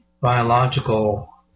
biological